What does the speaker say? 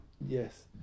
Yes